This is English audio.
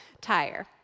tire